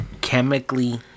chemically